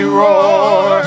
roar